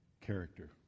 character